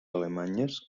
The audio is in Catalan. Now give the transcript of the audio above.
alemanyes